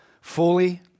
fully